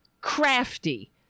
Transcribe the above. crafty